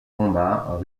combat